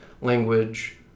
language